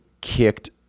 kicked